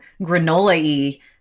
granola-y